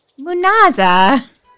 Munaza